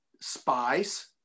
spies